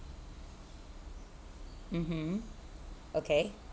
mmhmm okay